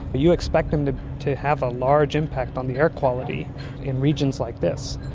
but you expect them to to have a large impact on the air quality in regions like this.